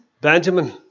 Benjamin